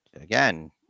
Again